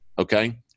okay